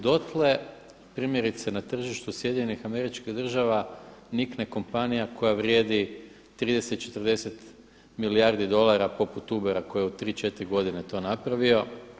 Dotle primjerice na tržištu SAD-a nikne kompanija koja vrijedi 30, 40 milijardi dolara poput UBER-a koji je u tri, četiri godine to napravio.